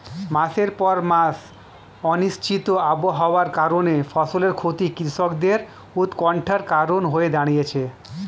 মাসের পর মাস অনিশ্চিত আবহাওয়ার কারণে ফসলের ক্ষতি কৃষকদের উৎকন্ঠার কারণ হয়ে দাঁড়িয়েছে